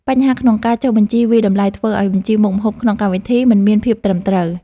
បញ្ហាក្នុងការចុះបញ្ជីវាយតម្លៃ ធ្វើឱ្យបញ្ជីមុខម្ហូបក្នុងកម្មវិធីមិនមានភាពត្រឹមត្រូវ។